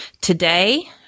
Today